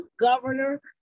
governor